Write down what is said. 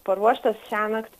paruoštas šiąnakt